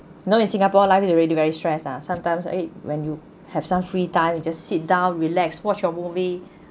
no in singapore life already very stress ah sometimes eh when you have some free time you just sit down relax watch your movie